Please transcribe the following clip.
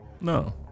no